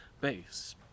base